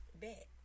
Bet